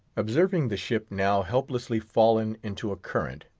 observing the ship, now helplessly fallen into a current,